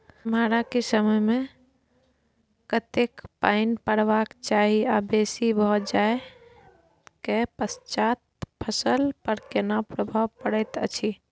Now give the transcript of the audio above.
गम्हरा के समय मे कतेक पायन परबाक चाही आ बेसी भ जाय के पश्चात फसल पर केना प्रभाव परैत अछि?